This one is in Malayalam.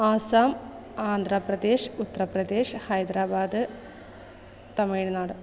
ആസ്സാം ആന്ധ്രപ്രദേശ് ഉത്തർപ്രദേശ് ഹൈദരബാദ് തമിഴ്നാട്